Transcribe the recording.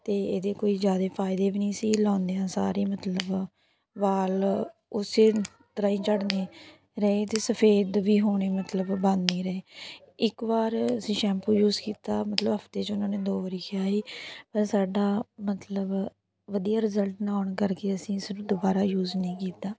ਅਤੇ ਇਹਦੇ ਕੋਈ ਜ਼ਿਆਦਾ ਫ਼ਾਇਦੇ ਵੀ ਨਹੀਂ ਸੀ ਲਾਉਂਦਿਆ ਸਾਰ ਹੀ ਮਤਲਬ ਵਾਲ ਉਸੇ ਤਰ੍ਹਾਂ ਹੀ ਝੜਨੇ ਰਹੇ ਅਤੇ ਸਫੈਦ ਵੀ ਹੋਣੇ ਮਤਲਬ ਬਣ ਨਹੀਂ ਰਹੇ ਇੱਕ ਵਾਰ ਅਸੀਂ ਸ਼ੈਂਪੂ ਯੂਸ ਕੀਤਾ ਮਤਲਬ ਹਫ਼ਤੇ 'ਚ ਉਹਨਾਂ ਨੇ ਦੋ ਵਾਰ ਕਿਹਾ ਸੀ ਪਰ ਸਾਡਾ ਮਤਲਬ ਵਧੀਆ ਰਿਜਲਟ ਨਾ ਆਉਣ ਕਰਕੇ ਅਸੀਂ ਇਸਨੂੰ ਦੁਬਾਰਾ ਯੂਸ ਨਹੀਂ ਕੀਤਾ